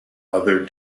other